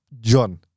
John